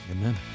Amen